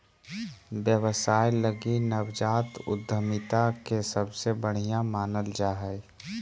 व्यवसाय लगी नवजात उद्यमिता के सबसे बढ़िया मानल जा हइ